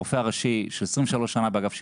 הרופא הראשי שנמצא 23 שנים באגף השיקום,